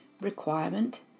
Requirement